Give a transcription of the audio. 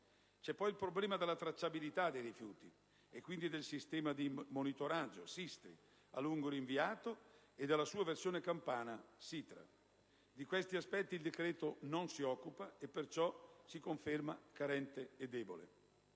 C'è poi il problema della tracciabilità dei rifiuti, e quindi del sistema di monitoraggio SISTRI, a lungo rinviato, e della sua versione campana (SITRA). Di questi aspetti il decreto non si occupa, e perciò si conferma carente e debole.